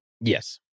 Yes